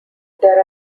there